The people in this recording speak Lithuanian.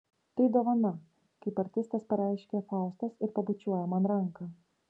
tai dovana kaip artistas pareiškia faustas ir pabučiuoja man ranką